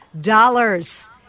dollars